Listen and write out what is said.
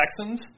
Texans